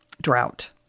drought